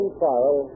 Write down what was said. trial